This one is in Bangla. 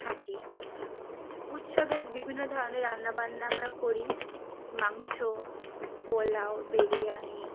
থাকি উৎসবে বিভিন্ন ধরনের রান্না বান্না আমরা করি মাংস পোলাও বিরিয়ানি